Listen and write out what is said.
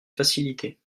facilitées